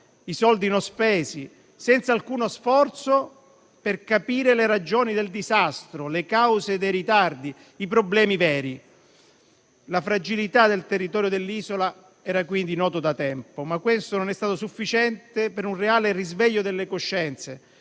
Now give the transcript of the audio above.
soldi non spesi, senza alcuno sforzo per capire le ragioni del disastro, le cause dei ritardi, i problemi veri. La fragilità del territorio dell'isola era quindi nota da tempo. Questo, però, non è stato sufficiente per un reale risveglio delle coscienze